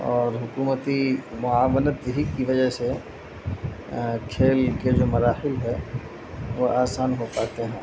اور حکومتی معاونت ہی کی وجہ سے کھیل کے جو مراحل ہے وہ آسان ہو پاتے ہیں